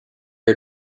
are